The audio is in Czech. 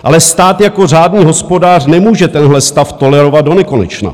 Ale stát jako řádný hospodář nemůže tenhle stav tolerovat donekonečna.